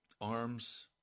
arms